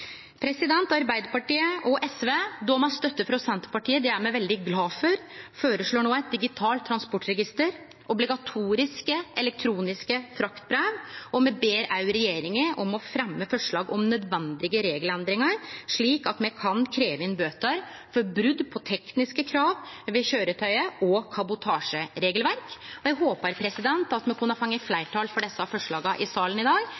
frivilligheit. Arbeidarpartiet og SV – med støtte frå Senterpartiet, og det er me veldig glade for – føreslår no eit digitalt transportregister og obligatoriske elektroniske fraktbrev, og me ber òg regjeringa om å fremje forslag om nødvendige regelendringar, slik at me kan krevje inn bøter for brot på tekniske krav til køyretøyet og kabotasjeregelverket. Me håper at me kan få fleirtal for desse forslaga i salen i dag.